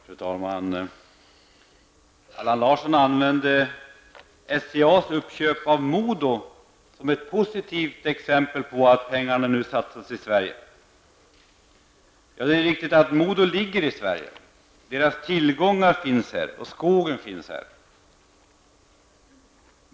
Fru talman! Allan Larsson använde SCA:s uppköp av MoDo som ett positivt exempel på att pengarna nu satsas i Sverige. Det är riktigt att MoDo ligger i Sverige. Dess tillgångar och skogen finns här.